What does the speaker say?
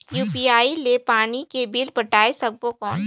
UPI ले पानी के बिल पटाय सकबो कौन?